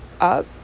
up